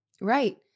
Right